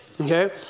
Okay